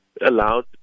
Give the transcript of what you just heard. allowed